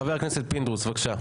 חבר הכנסת פינדרוס, בבקשה.